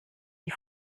die